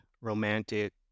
romantic